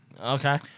Okay